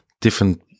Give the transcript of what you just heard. different